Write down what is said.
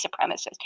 supremacists